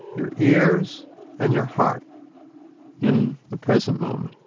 your ears and your heart in the present moment,